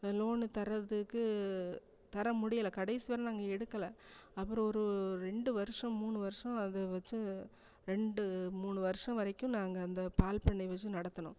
loan தரதுக்கு தரமுடியலை கடைசிவரை நாங்கள் எடுக்கலை அப்புறம் ஒரு ரெண்டு வருஷம் மூணு வருஷம் அதை வச்சு ரெண்டு மூணு வருஷம் வரைக்கும் நாங்கள் அந்த பால் பண்ணை வச்சு நடத்தினோம்